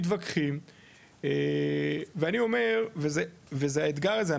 מתווכחים ואני אומר וזה האתגר הזה,